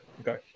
Okay